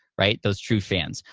right, those true fans.